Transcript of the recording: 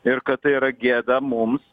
ir kad tai yra gėda mums